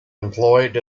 employed